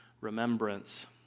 remembrance